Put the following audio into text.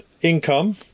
Income